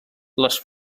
les